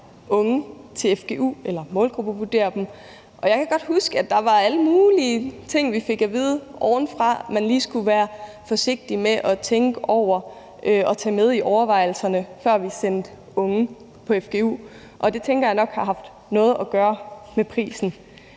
unge til fgu eller målgruppevurdere dem, og jeg kan godt huske, at der var alle mulige ting, vi fik at vide ovenfra at vi lige skulle være forsigtige med, skulle tænke over og tage med i overvejelserne, før vi sendte unge på fgu. Det tænker jeg nok har haft noget at gøre med prisen,